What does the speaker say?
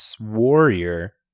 warrior